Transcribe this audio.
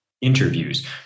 interviews